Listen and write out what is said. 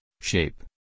shape